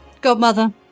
Godmother